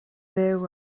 fyw